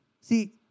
See